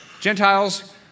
Gentiles